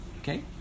Okay